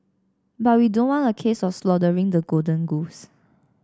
but we don't want a case of slaughtering the golden goose